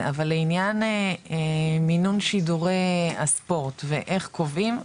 אבל לעניין מינון שידורי הספורט ואיך קובעים,